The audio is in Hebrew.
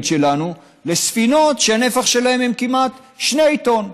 שלנו לספינות שהנפח שלהן הוא כמעט 2 טון.